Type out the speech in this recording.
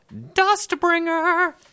Dustbringer